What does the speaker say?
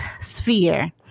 sphere